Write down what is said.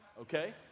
Okay